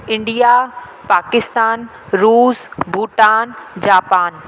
India Pakistan रूस Bhutan Japan